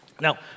Now